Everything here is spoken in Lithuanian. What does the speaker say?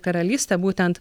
karalystę būtent